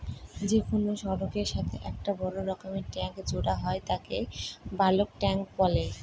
যে কোনো সড়কের সাথে একটা বড় রকমের ট্যাংক জোড়া হয় তাকে বালক ট্যাঁক বলে